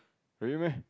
really meh